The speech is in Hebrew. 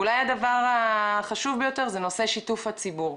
אולי הדבר החשוב ביותר זה שיתוף הציבור.